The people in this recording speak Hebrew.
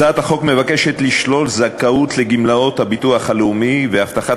הצעת החוק מבקשת לשלול זכאות לגמלאות הביטוח הלאומי והבטחת